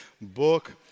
book